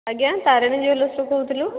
ଆଜ୍ଞା ତାରିଣୀ ଜୁଏଲର୍ସରୁ କହୁଥିଲି